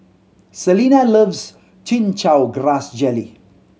Selina loves Chin Chow Grass Jelly